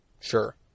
Sure